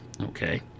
okay